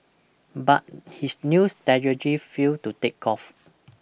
but his new strategy failed to take off